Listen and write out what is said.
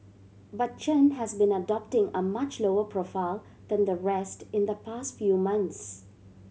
but Chen has been adopting a much lower profile than the rest in the past few months